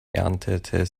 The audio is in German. erntete